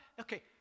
okay